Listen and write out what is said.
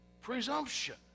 presumption